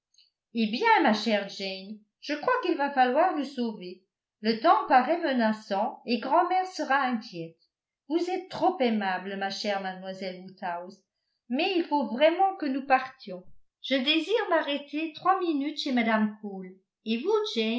eh bien ma chère jane je crois qu'il va falloir nous sauver le temps paraît menaçant et grand'mère sera inquiète vous êtes trop aimable ma chère mademoiselle woodhouse mais il faut vraiment que nous partions je désire m'arrêter trois minutes chez mme cole et vous